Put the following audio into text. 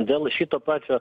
dėl šito pačio